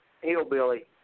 hillbilly